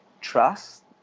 trust